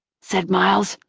said miles,